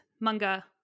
Manga